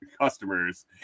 customers